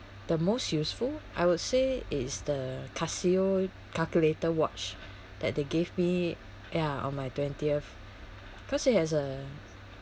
the most useful I would say is the casio calculator watch that they gave me ya on my twentieth because it has a